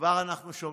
כבר אנחנו שומעים,